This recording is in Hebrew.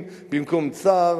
אלדד,